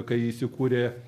kai įsikūrė